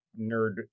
nerd